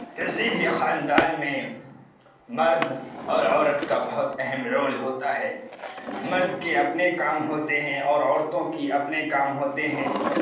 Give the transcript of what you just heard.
کسی بھی خاندان میں مرد اور عورت کا بہت اہم رول ہوتا ہے مرد کے اپنے کام ہوتے ہیں اور عورتوں کی اپنے کام ہوتے ہیں